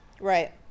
Right